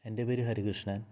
എൻ്റെ പേര് ഹരികൃഷ്ണൻ